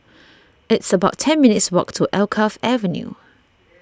it's about ten minutes' walk to Alkaff Avenue